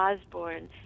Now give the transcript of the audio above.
Osborne